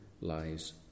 lies